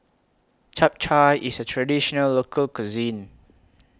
Chap Chai IS A Traditional Local Cuisine